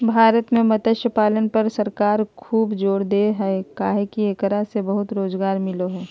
भारत में मत्स्य पालन पर सरकार खूब जोर दे हई काहे कि एकरा से बहुत रोज़गार मिलो हई